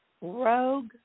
rogue